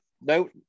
no